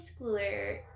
schooler